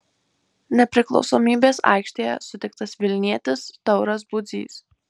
nepriklausomybės aikštėje sutiktas vilnietis tauras budzys